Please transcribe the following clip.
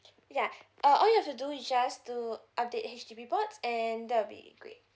yeah uh all you have to do is just to update H_D_B boards and that will be great